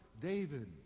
David